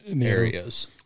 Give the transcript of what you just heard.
areas